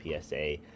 PSA